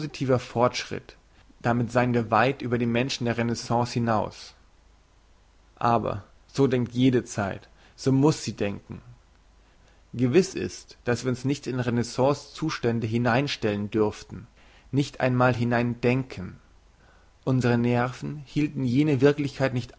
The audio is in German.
fortschritt damit seien wir weit über die menschen der renaissance hinaus aber so denkt jede zeit so muss sie denken gewiss ist dass wir uns nicht in renaissance zustände hineinstellen dürften nicht einmal hineindenken unsre nerven hielten jene wirklichkeit nicht